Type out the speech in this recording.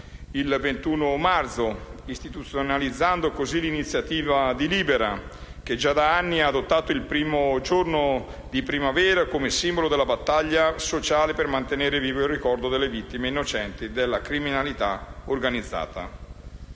il 21 marzo, istituzionalizzando così l'iniziativa di Libera, che già da anni ha adottato il primo giorno di primavera come simbolo della battaglia sociale per mantenere vivo il ricordo delle vittime innocenti della criminalità organizzata.